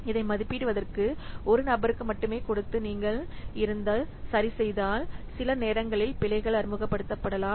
இதை மதிப்பிடுவதற்கு ஒரு நபருக்கு மட்டுமே கொடுத்து நீங்கள் சரிசெய்தால் சில நேரங்களில் பிழைகள் அறிமுகப்படுத்தப்படலாம்